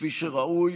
כפי שראוי